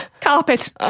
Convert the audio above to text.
carpet